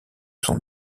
son